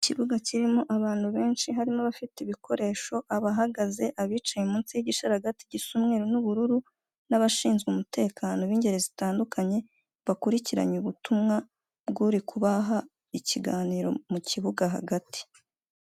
Ikibuga kirimo abantu benshi hari n'abafite ibikoresho abahagaze abicaye munsi y'igisharaga gisa umweru n'ubururu n'abashinzwe umutekano b'ingeri zitandukanye bakurikiranye ubutumwa bw'uri kubaha ikiganiro mu kibuga hagati.